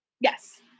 yes